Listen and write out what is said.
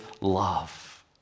love